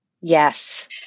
Yes